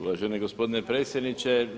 Uvaženi gospodine predsjedniče.